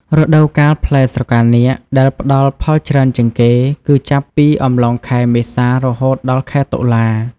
រដូវកាលផ្លែស្រកានាគដែលផ្តល់ផលច្រើនជាងគេគឺចាប់ពីអំឡុងខែ មេសា រហូតដល់ ខែតុលា។